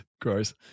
Gross